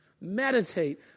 Meditate